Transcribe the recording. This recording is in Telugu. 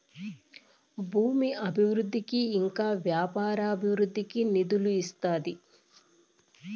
భూమి అభివృద్ధికి ఇంకా వ్యాపార అభివృద్ధికి నిధులు ఇస్తాది